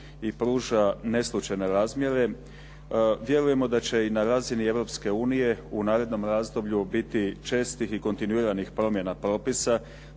i pruža …/Govornik se ne razumije./… vjerujemo da će i na razini Europske unije u narednom razdoblju biti čestih i kontinuiranih promjena propisa.